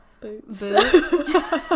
Boots